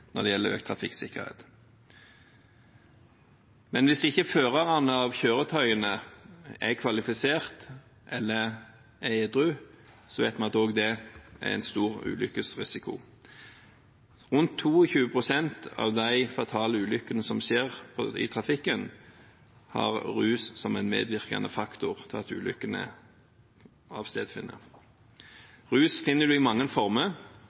når det gjelder økt trafikksikkerhet. Men hvis ikke førerne av kjøretøyene er kvalifisert, eller er edru, vet vi også at det er en stor ulykkesrisiko. Rundt 22 pst. av de fatale ulykkene som skjer i trafikken, har rus som en medvirkende faktor til at ulykkene finner sted. Rus finner en i mange former.